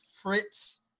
Fritz